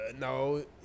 no